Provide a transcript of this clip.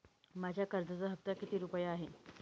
माझ्या कर्जाचा हफ्ता किती रुपये आहे?